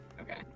Okay